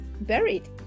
buried